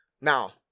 Now